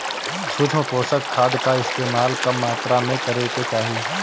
सूक्ष्म पोषक खाद कअ इस्तेमाल कम मात्रा में करे के चाही